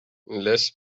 less